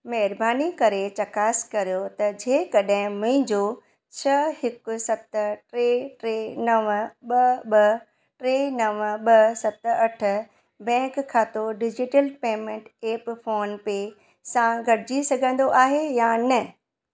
महिरबानी करे चकास करियो त जेकॾहिं मुंहिंजो छह हिक सत टे टे नव ॿ ॿ टे नव ॿ सत अठ बैंक खातो डिजिटल पेमेंट ऐप फ़ोनपे सां ॻंढिजी सघंदो आहे या न